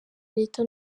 leta